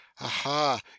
aha